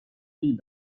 pays